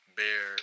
bear